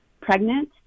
pregnant